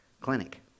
clinic